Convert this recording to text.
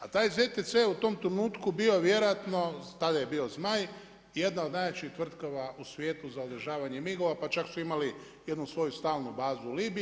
A taj ZTC-e je u tom trenutku bio vjerojatno tada je bio Zmaj, jedna od najjačih tvrtki u svijetu za održavanje MIG-ova, pa čak su imali jednu svoju stalnu bazu u Libiji.